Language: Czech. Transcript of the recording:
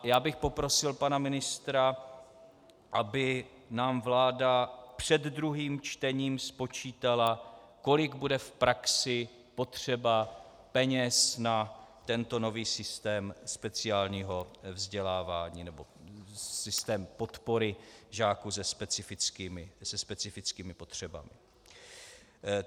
Já bych poprosil pana ministra, aby nám vláda před druhým čtením spočítala, kolik bude v praxi potřeba peněz na tento nový systém speciálního vzdělávání, nebo systém podpory žáků se specifickými potřebami.